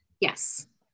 Yes